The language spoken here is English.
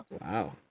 Wow